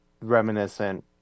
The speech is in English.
reminiscent